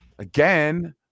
Again